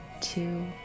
two